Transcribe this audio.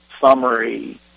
summary